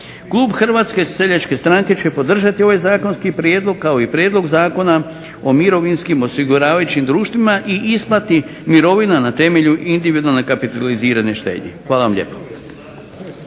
Klub Hrvatske seljačke stranke će podržati ovaj zakonski prijedlog, kao i Prijedlog zakona o mirovinskim osiguravajućim društvima i isplati mirovina na temelju individualne kapitalizirane štednje. Hvala vam lijepo.